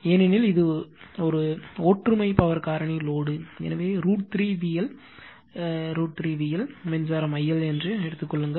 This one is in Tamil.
ஏனெனில் இது ஒற்றுமை பவர் காரணி லோடு எனவே √ 3 VL √ 3 VL மின்சாரம் I L என்று கொள்ளுங்கள்